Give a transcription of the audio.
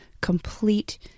complete